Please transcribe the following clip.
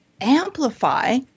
amplify